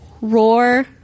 roar